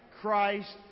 Christ